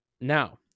now